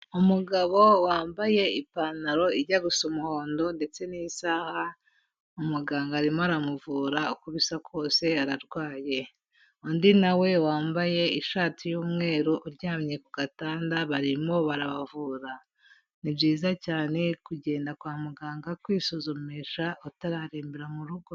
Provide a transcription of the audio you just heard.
Umugabo wambaye ipantaro ijya gusa umuhondo ndetse n'isaha, umuganga arimo aramuvura uko bisa kose ararwaye. Undi na we wambaye ishati y'umweru uryamye ku gatanda barimo barabavura. Ni byiza cyane kugenda kwa muganga kwisuzumisha utararembera mu rugo.